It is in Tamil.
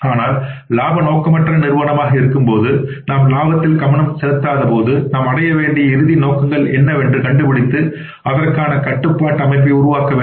ஆனால் இலாப நோக்கற்ற நிறுவனமாக இருக்கும்போது நாம் இலாபத்தில் கவனம் செலுத்தாதபோது நாம் அடைய வேண்டிய இறுதி நோக்கங்கள் என்னவென்று கண்டுபிடித்து அதற்கான கட்டுப்பாட்டு அமைப்பை உருவாக்க வேண்டும்